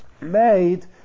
made